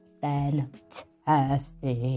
fantastic